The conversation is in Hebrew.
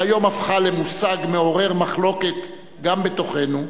שהיום הפכה למושג מעורר מחלוקת גם בתוכנו,